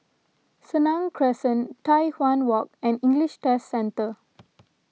Senang Crescent Tai Hwan Walk and English Test Centre